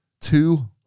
Two